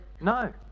No